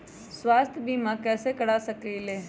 स्वाथ्य बीमा कैसे करा सकीले है?